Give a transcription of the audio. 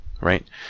right